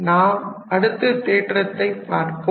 நாம் அடுத்த தேற்றத்தைப் பார்ப்போம்